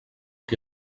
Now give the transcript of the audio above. que